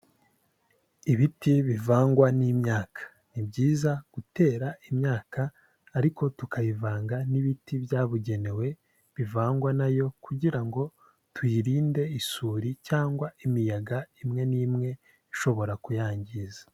Ibiti bivangwa n'imyaka, ni byiza gutera imyaka ariko tukayivanga n'ibiti byabugenewe bivangwa na yo kugira ngo tuyirinde isuri, cyangwa imiyaga imwe n'imwe ishobora kuyangiza.